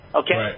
okay